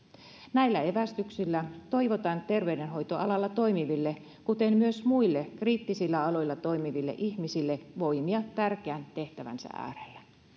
näillä evästyksillä toivotan terveydenhoitoalalla toimiville kuten myös muille kriittisillä aloilla toimiville ihmisille voimia tärkeän tehtävänsä äärellä